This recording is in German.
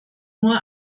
nur